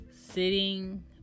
Sitting